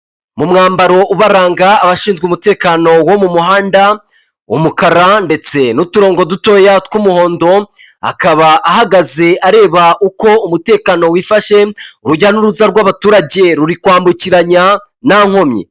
Mu mwambaro ubaranga abashinzwe umutekano wo mu muhanda, umukara ndetse n'uturongo dutoya tw'umuhondo, akaba ahagaze areba uko umutekano wifashe, urujya n'uruza rw'abaturage ruri kwambukiranya nta nkomyi.